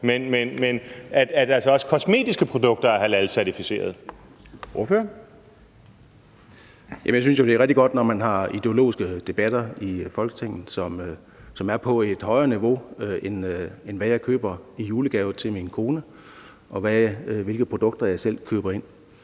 Kl. 10:42 Søren Egge Rasmussen (EL): Jeg synes, det er rigtig godt, når man har ideologiske debatter i Folketinget, at de er på et højere niveau end at handle om, hvad jeg køber i julegave til min kone, og hvilke produkter jeg selv køber.